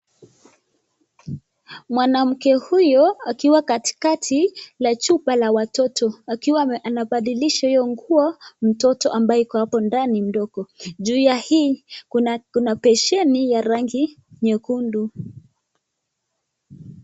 Mwanamke huyu akiwa katikati ya nyumba la watoto, akiwa anabadilisha hiyo nguo mtoto ako ndani mdogo, juu ya hii ya hii kuna besheni ya rangi nyekundu.